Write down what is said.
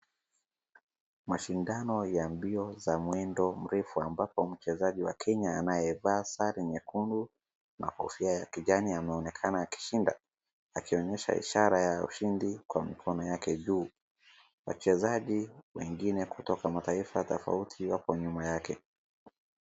Mashindano ya mbio za mwendo mrefu ambapo mchezaji wa Kenya anayevaa sare nyekundu na kofia ya kijani. Anaonekana akishinda akionyesha ishara ya ushindi kwa mikono yake juu, wachezaji wengine kutoka mataifa tofauti wako nyuma yake.